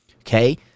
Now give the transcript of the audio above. okay